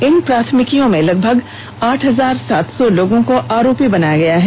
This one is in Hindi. इन प्राथमिकियों में लगभग आठ हजार सात सौ लोगों को आरोपी बनाया गया है